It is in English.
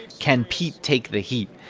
can pete take the heat?